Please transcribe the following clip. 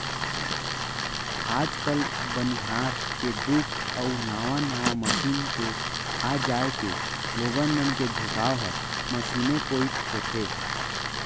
आज काल बनिहार के दुख अउ नावा नावा मसीन के आ जाए के लोगन मन के झुकाव हर मसीने कोइत होथे